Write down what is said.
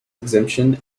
exemption